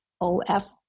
o-f